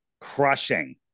crushing